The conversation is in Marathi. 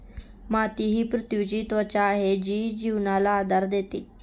माती ही पृथ्वीची त्वचा आहे जी जीवनाला आधार देते